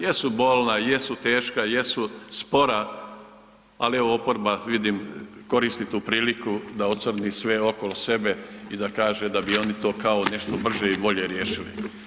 Jesu bolna, jesu teška, jesu spora, ali evo, oporba vidim koristi tu priliku da ocrni sve oko sebe i da kaže da bi oni to kao nešto brže i bolje riješili.